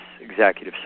executive